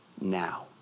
now